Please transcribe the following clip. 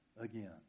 again